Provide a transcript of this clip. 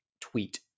tweet